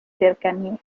cercanías